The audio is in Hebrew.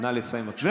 נא לסיים, בבקשה.